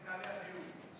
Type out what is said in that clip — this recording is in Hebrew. הדיור?